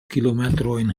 kilometrojn